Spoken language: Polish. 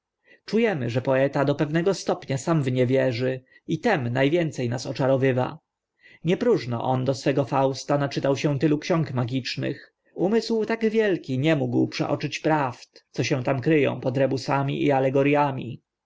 emy że poeta do pewnego stopnia sam w nie wierzy i tym na więce nas oczarowywa nie próżno on do swego fausta naczytał się tylu ksiąg magicznych umysł tak wielki nie mógł przeoczyć prawd co się tam kry ą pod rebusami i